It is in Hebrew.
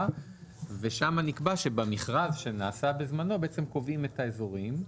ושם נקבע שבמכרז שנעשה בזמנו קובעים את האזורים.